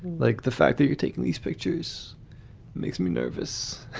like the fact that you're taking these pictures makes me nervous.